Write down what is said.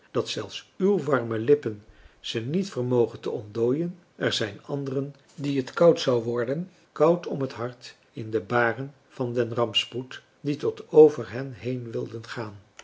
dat zelfs w warme lippen ze niet vermogen te ontdooien er zijn anderen dien het koud zou worden koud om het hart in de baren van den rampspoed die tot over hen heen wilden gaan